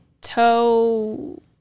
Toe